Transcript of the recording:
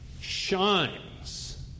shines